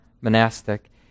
monastic